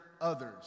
others